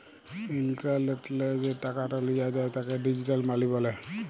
ইলটারলেটলে যে টাকাট লিয়া যায় তাকে ডিজিটাল মালি ব্যলে